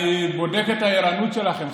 אני בודק את הערנות שלכם,